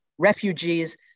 Refugees